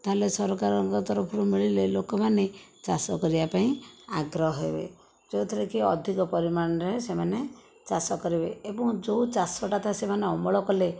ତା' ହେଲେ ସରକାରଙ୍କ ତରଫରୁ ମିଳିଲେ ଲୋକମାନେ ଚାଷ କରିବା ପାଇଁ ଆଗ୍ରହ ହେବେ ଯେଉଁଥିରେ କି ଅଧିକ ପରିମାଣରେ ସେମାନେ ଚାଷ କରିବେ ଏବଂ ଯେଉଁ ଚାଷଟା ତା' ସେମାନେ ଅମଳ କଲେ